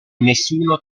nessuno